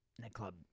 Nightclub